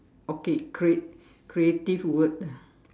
okay crea~ creative word ah